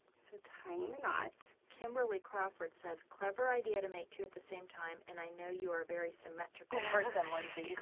so, tying the knot. kimberly crawford says, clever idea to make two at the same time and i know you are very symmetrical person lindsay.